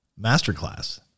Masterclass